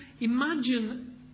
imagine